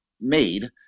made